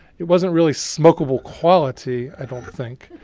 it wasn't really smokable quality, i don't think.